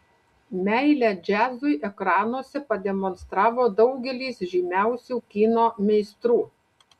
meilę džiazui ekranuose pademonstravo daugelis žymiausių kino meistrų